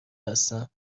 هستم